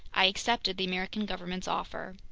i accepted the american government's offer.